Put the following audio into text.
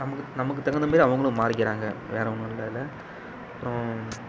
நமக்கு நமக்கு தகுந்தமாரி அவங்களும் மாறிக்கிறாங்க வேற ஒன்றும் இல்லை அதில் அப்புறம்